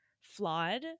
flawed